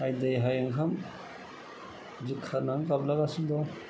हाय दै हाय ओंखाम दिखारनांनानै गाबलागासिनो दं